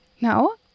No